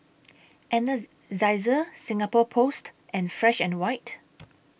Singapore Post and Fresh and White